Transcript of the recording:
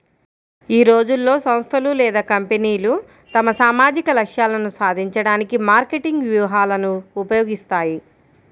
ఈ రోజుల్లో, సంస్థలు లేదా కంపెనీలు తమ సామాజిక లక్ష్యాలను సాధించడానికి మార్కెటింగ్ వ్యూహాలను ఉపయోగిస్తాయి